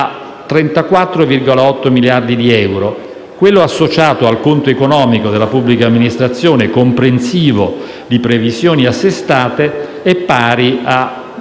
34,8 miliardi di euro, quello associato al conto economico della pubblica amministrazione, comprensivo di previsioni assestate, è pari a